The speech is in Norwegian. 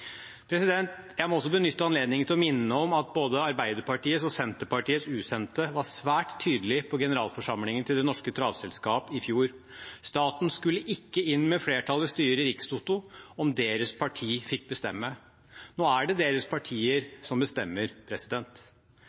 Jeg må også benytte anledningen til å minne om at både Arbeiderpartiets og Senterpartiets utsendte var svært tydelig på generalforsamlingen til Det Norske Travselskap i fjor. Staten skulle ikke inn med flertall i styret i Rikstoto om deres parti fikk bestemme. Nå er det deres partier som bestemmer.